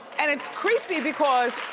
and it's creepy because.